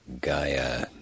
Gaia